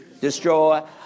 destroy